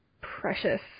precious